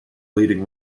leading